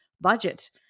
budget